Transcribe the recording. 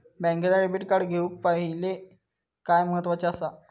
बँकेचा debit card घेउक पाहिले काय महत्वाचा असा?